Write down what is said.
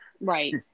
Right